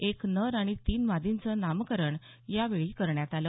एक नर आणि तीन मादींचं नामकरण यावेळी करण्यात आलं